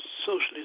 socialist